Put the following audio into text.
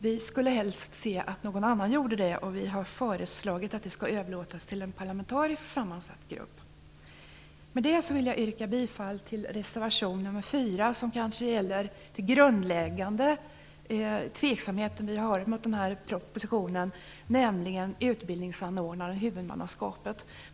Vi skulle helst se att någon annan gjorde det, och vi har föreslagit att detta skall överlåtas till en parlamentariskt sammansatt grupp. Med det anförda vill jag yrka bifall till reservation nr 4 som gäller den grundläggande tveksamhet som vi har mot den här propositionen, nämligen när det gäller utbildningsanordnare och huvudmannaskapet.